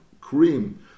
cream